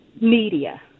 media